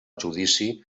judici